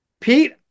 pete